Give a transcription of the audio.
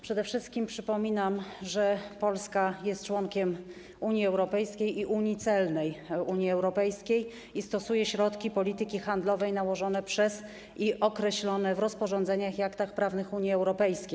Przede wszystkim przypominam, że Polska jest członkiem Unii Europejskiej i unii celnej Unii Europejskiej i stosuje środki polityki handlowej określone w rozporządzeniach i aktach prawnych Unii Europejskiej.